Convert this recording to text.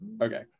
Okay